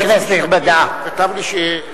להצמיד את זה